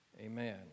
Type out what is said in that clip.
Amen